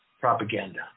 propaganda